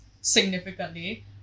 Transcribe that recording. significantly